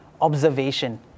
observation